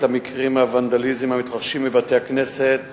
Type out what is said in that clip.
למקרי הוונדליזם המתרחשים בבתי-כנסת